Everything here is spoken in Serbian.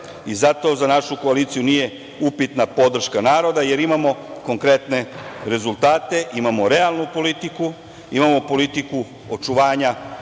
Zato za našu koaliciju nije upitna podrška naroda, jer imamo konkretne rezultate, imamo realnu politiku, imamo politiku očuvanja